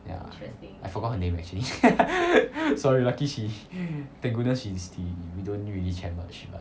ya I forgot her name actually sorry lucky she thank goodness she's the we don't really chat much type